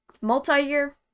multi-year